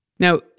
Now